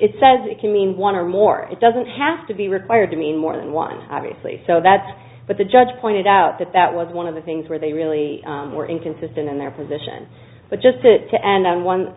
it says it can mean one or more it doesn't have to be required to mean more than one obviously so that's what the judge pointed out that that was one of the things where they really were inconsistent in their position but just to end one